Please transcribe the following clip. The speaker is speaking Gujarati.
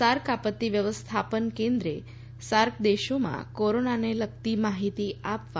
સાર્ક આપત્તિ વ્યવસ્થાપન કેન્દ્રે સાર્ક દેશોમાં કોરોનાને લગતી માહિતી આપવા